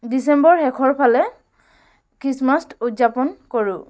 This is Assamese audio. ডিচেম্বৰ শেষৰ ফালে খ্ৰীষ্টমাছ উদযাপন কৰোঁ